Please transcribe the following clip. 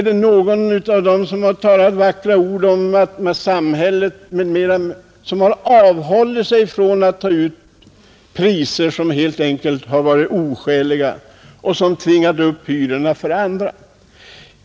Har någon av dem som talade vackra ord om samhället avhållit sig från att ta ut priser som helt enkelt har varit oskäliga och som tvingat upp hyrorna för andra?